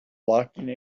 locking